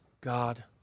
God